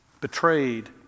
betrayed